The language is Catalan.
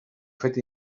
fet